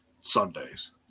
Sundays